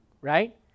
right